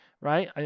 right